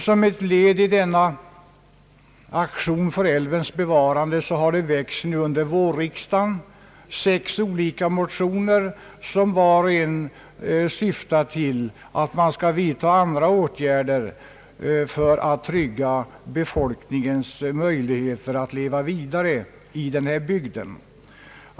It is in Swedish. Som ett led i aktionen för älvens bevarande väcktes under vårriksdagen sex motioner vilka alla syftar till att man skall vidta andra åtgärder för att trygga befolkningens möjligheter att leva vidare i denna bygd.